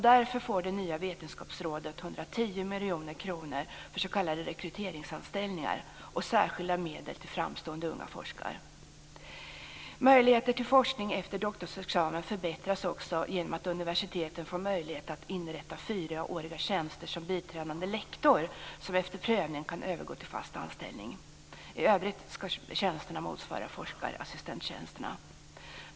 Därför får det nya vetenskapsrådet 110 miljoner kronor för s.k. rekryteringsanställningar och särskilda medel till framstående unga forskare. Möjligheter till forskning efter doktorsexamen förbättras också genom att universiteten får möjlighet att inrätta fyraåriga tjänster som biträdande lektor, som efter prövning kan övergå till fast anställning. I övrigt ska tjänsterna motsvara forskarassistenttjänsterna.